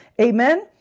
Amen